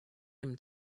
him